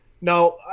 Now